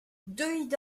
deuit